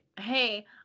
Hey